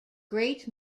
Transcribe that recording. great